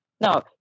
No